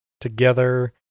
together